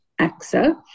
AXA